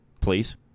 please